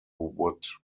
would